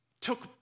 took